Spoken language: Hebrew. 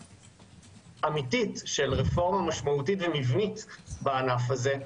אמתית של רפורמה משמעותית ומבנית בענף הזה,